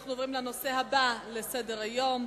אנחנו עוברים לנושא הבא על סדר-היום: